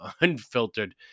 unfiltered